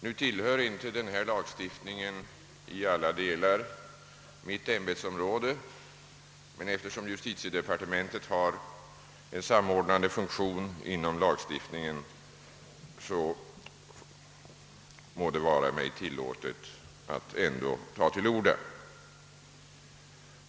Nu tillhör inte denna lagstiftning i alla delar mitt ämbetsområde, men då justitiedepartementet har en samordnande funktion inom lagstiftningen må det väl vara mig tillåtet att ändå ta till orda.